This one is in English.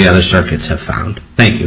other circuits have found thank you